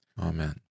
Amen